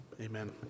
amen